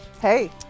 Hey